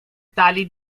tali